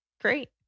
great